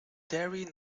derry